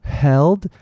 held